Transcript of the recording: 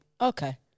Okay